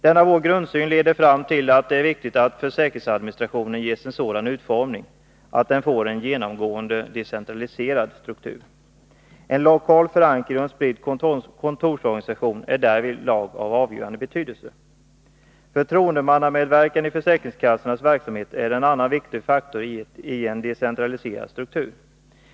Denna vår grundsyn leder fram till att det är viktigt att försäkringsadministrationen ges en sådan utformning att den får en genomgående decentraliserad struktur. En lokal förankring och en spridd kontorsorganisation är därvidlag av avgörande betydelse. Förtroendemannamedverkan i försäkringskassornas verksamhet är en annan viktig faktor i en decentraliserad struktur.